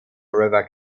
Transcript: river